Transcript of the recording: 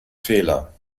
fehler